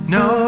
no